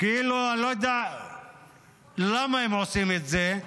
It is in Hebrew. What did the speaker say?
אני לא יודע למה הם עושים את זה,